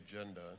agenda